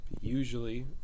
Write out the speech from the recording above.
usually